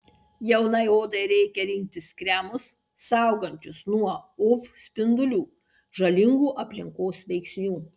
jaunai odai reikia rinktis kremus saugančius nuo uv spindulių žalingų aplinkos veiksnių